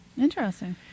Interesting